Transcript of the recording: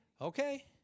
okay